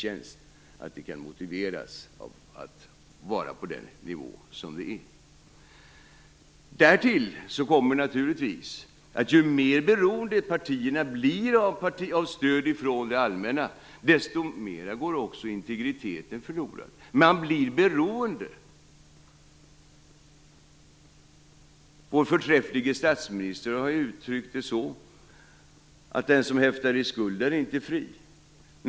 Därtill kommer naturligtvis att ju mer beroende partierna blir av stöd från det allmänna, desto mer går också integriteten förlorad. Man blir beroende. Vår förträfflige statsminister har uttryckt det så: Den som häftar i skuld är inte fri.